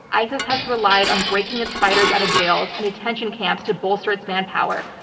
isis has relied on breaking its fighters out of jails and detention camps to bolster its manpower.